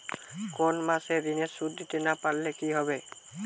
কোন মাস এ ঋণের সুধ দিতে না পারলে কি হবে?